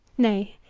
nay,